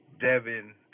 Devin